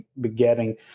begetting